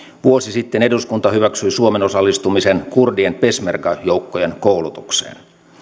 vuosi sitten eduskunta hyväksyi suomen osallistumisen kurdien peshmerga joukkojen koulutukseen